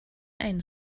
einen